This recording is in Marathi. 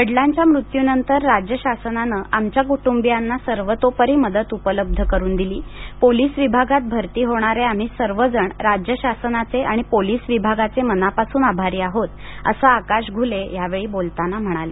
वडिलांच्या मृत्यूनंतर राज्य शासनानं आमच्या कुटुंबियांना सर्वतोपरी मदत उपलब्ध करुन दिली पोलीस विभागात भरती होणारे आम्ही सर्वजण राज्य शासनाचे आणि पोलीस विभागाचे मनापासून आभारी आहोत असं आकाश घुले यावेळी बोलताना म्हणाले